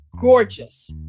gorgeous